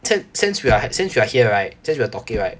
since since we are since we are here right since we are talking right